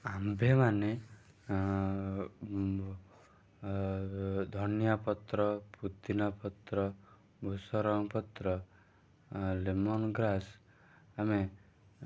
ଆମ୍ଭେମାନେ ଧନିଆ ପତ୍ର ପୋଦିନା ପତ୍ର ଭୃସଙ୍ଗ ପତ୍ର ଲେମନ୍ଗ୍ରାସ୍ ଆମେ